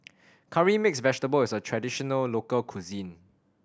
Curry Mixed Vegetable is a traditional local cuisine